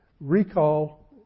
recall